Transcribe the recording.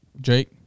Jake